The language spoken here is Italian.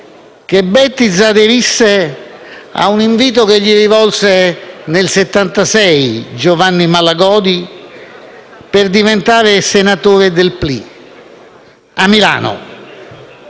che Bettiza aderisse ad un invito che gli rivolse nel 1976 Giovanni Malagodi a Milano per diventare senatore del Partito